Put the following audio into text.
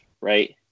right